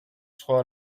სხვა